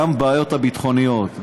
גם הבעיות הביטחוניות,